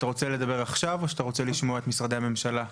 רוצה לדבר עכשיו או לשמוע את משרדי הממשלה?